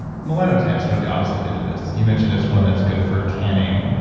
melanotan's sort of the opposite end of this. you mentioned this one that's good for tanning.